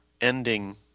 ending